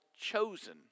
chosen